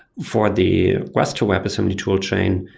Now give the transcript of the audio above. for the rust webassembly tool chain,